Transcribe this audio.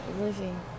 living